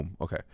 okay